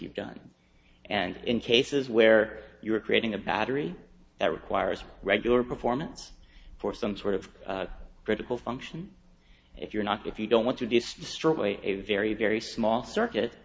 you've done and in cases where you're creating a battery that requires regular performance for some sort of critical function if you're not if you don't want to destroy a very very small